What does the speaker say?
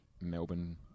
Melbourne